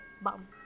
bum